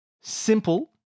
simple